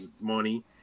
money